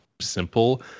simple